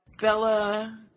bella